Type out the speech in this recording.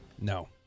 No